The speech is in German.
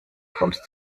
kommst